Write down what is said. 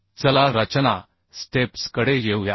तर चला रचना स्टेप्स कडे येऊया